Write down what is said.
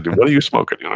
what are you smoking?